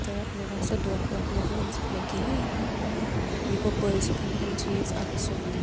تہٕ مےٚ باسیو دھوکہٕ وھوکہٕ لوٚگ نہٕ امہِ سۭتۍ مےٚ کِہیٖنۍ یہِ گوٚو پٔزۍ پٲٹھۍ چیٖز آسُن